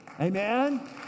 Amen